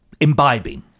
imbibing